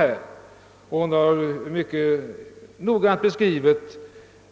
Fru Jonäng har mycket noggrant beskrivit